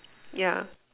yeah